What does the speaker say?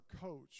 coach